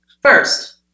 First